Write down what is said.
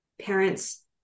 parents